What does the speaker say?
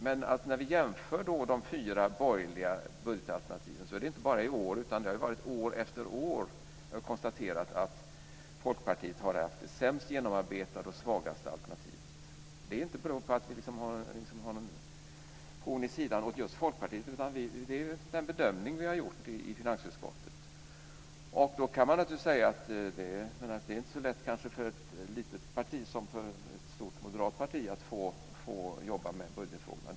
Men när vi har jämfört de fyra borgerliga budgetalternativen, inte bara i år utan år efter år, har vi konstaterat att Folkpartiet har det sämst genomarbetade och svagaste alternativet. Det beror inte på att vi har ett horn i sidan till just Folkpartiet, utan det är den bedömning vi har gjort i finansutskottet. Man kan naturligtvis säga att det kanske inte är så lätt för ett litet parti som för ett stort, moderat parti att jobba med budgetfrågorna.